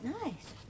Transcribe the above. nice